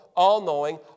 all-knowing